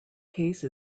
case